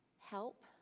help